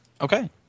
okay